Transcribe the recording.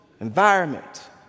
environment